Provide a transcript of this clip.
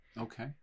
Okay